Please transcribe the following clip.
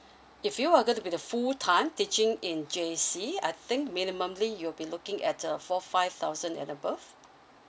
if you were gonna to be the full time teaching in J_C I think minimumly you'll be looking at a four five thousand and above